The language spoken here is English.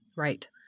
Right